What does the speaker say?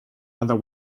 other